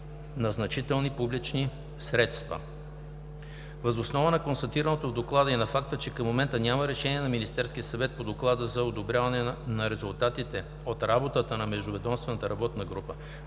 на значителните публични средства. Въз основа на констатираното в доклада, и на факта, че към момента няма решение на Министерския съвет по Доклада за одобряване на резултатите от работата на междуведомствената работна група,